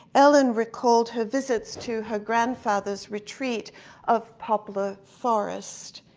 ellen recalled her visits to her grandfather's retreat of poplar forest.